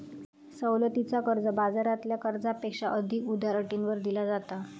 सवलतीचा कर्ज, बाजारातल्या कर्जापेक्षा अधिक उदार अटींवर दिला जाता